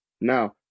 now